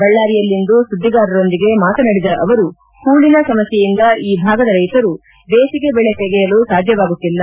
ಬಳ್ಳಾರಿಯಲ್ಲಿಂದು ಸುದ್ದಿಗಾರರೊಂದಿಗೆ ಮಾತನಾಡಿದ ಅವರು ಹೂಳಿನ ಸಮಸ್ಥೆಯಿಂದ ಈ ಭಾಗದ ರೈತರು ಬೇಸಿಗೆ ಬೆಳೆ ತೆಗೆಯಲು ಸಾಧ್ಯವಾಗುತ್ತಿಲ್ಲ